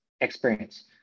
experience